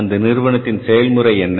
அந்த நிறுவனத்தின் செயல்முறை என்ன